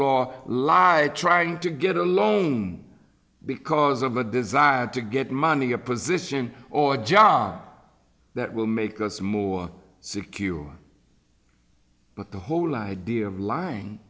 law lied trying to get a loan because of a desire to get money a position or a job that will make us more secure but the whole idea of lying